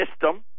system